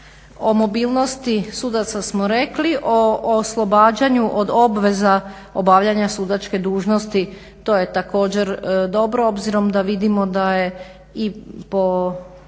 o mobilnosti sudaca smo rekli, o oslobađanju od obveza obavljanja sudačke dužnosti to je također dobro obzirom da vidimo da je i po